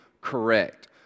correct